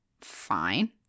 fine